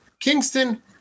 Kingston